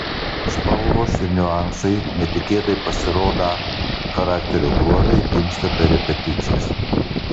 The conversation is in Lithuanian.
spalvos ir niuansai netikėtai pasirodą charakterio bruožai gimsta per repeticijas